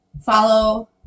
follow